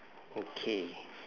okay